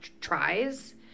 tries